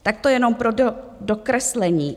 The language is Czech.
Tak to jenom pro dokreslení.